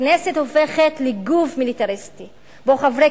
הכנסת הופכת לגוף מיליטריסטי שבו חברי